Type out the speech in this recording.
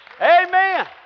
Amen